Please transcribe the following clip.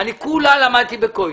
אני כולה למדתי בכולל.